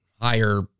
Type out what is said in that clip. higher